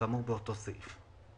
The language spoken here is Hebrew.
כאמור באותו סעיף.